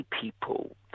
people